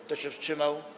Kto się wstrzymał?